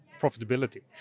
profitability